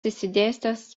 išsidėstęs